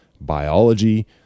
biology